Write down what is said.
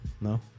No